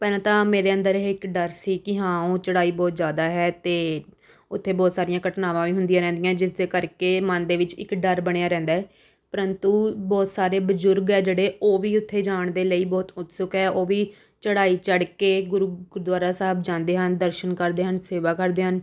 ਪਹਿਲਾਂ ਤਾਂ ਮੇਰੇ ਅੰਦਰ ਇਹ ਇੱਕ ਡਰ ਸੀ ਕਿ ਹਾਂ ਉਹ ਚੜ੍ਹਾਈ ਬਹੁਤ ਜ਼ਿਆਦਾ ਹੈ ਅਤੇ ਉੱਥੇ ਬਹੁਤ ਸਾਰੀਆਂ ਘਟਨਾਵਾਂ ਵੀ ਹੁੰਦੀਆਂ ਰਹਿੰਦੀਆਂ ਜਿਸ ਦੇ ਕਰਕੇ ਮਨ ਦੇ ਵਿੱਚ ਇੱਕ ਡਰ ਬਣਿਆ ਰਹਿੰਦਾ ਹੈ ਪਰੰਤੂ ਬਹੁਤ ਸਾਰੇ ਬਜ਼ੁਰਗ ਹੈ ਜਿਹੜੇ ਉਹ ਵੀ ਉੱਥੇ ਜਾਣ ਦੇ ਲਈ ਬਹੁਤ ਉਤਸੁਕ ਹੈ ਉਹ ਵੀ ਚੜ੍ਹਾਈ ਚੜ੍ਹ ਕੇ ਗੁਰ ਗੁਰਦੁਆਰਾ ਸਾਹਿਬ ਜਾਂਦੇ ਹਨ ਦਰਸ਼ਨ ਕਰਦੇ ਹਨ ਸੇਵਾ ਕਰਦੇ ਹਨ